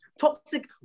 toxic